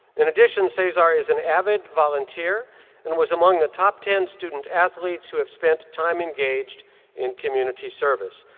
in addition, cesar is an avid volunteer and was among the top ten student athletes who have spent time engaged in community service.